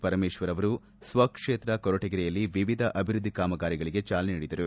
ಪರಮೇಶ್ವರ್ ಅವರು ಸ್ವಕ್ಷೇತ್ರ ಕೊರಟಿಗೆರೆಯಲ್ಲಿ ವಿವಿಧ ಅಭಿವೃದ್ಧಿ ಕಾಮಗಾರಿಗಳಿಗೆ ಚಾಲನೆ ನೀಡಿದರು